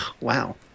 wow